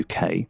UK